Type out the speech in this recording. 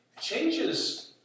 Changes